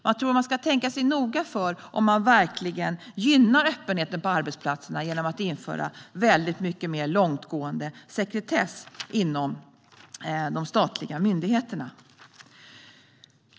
Jag tror att man ska tänka efter noga om man verkligen gynnar öppenheten på arbetsplatserna genom att införa väldigt mycket mer långtgående sekretess inom de statliga myndigheterna.